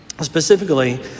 specifically